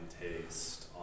taste